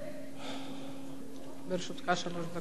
לרשותך שלוש דקות.